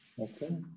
Okay